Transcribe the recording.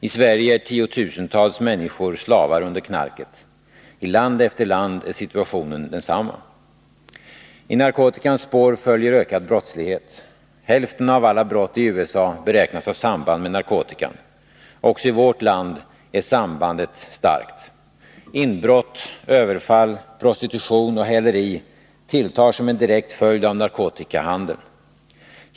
I Sverige är tiotusentals människor slavar under knarket. I land efter land är situationen densamma. I narkotikans spår följer ökad brottslighet. Hälften av alla brott i USA beräknas ha samband med narkotikan. Också i vårt land är sambandet starkt. Inbrott, överfall, prostitution och häleri tilltar som en direkt följd av narkotikahandeln.